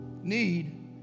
need